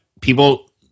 people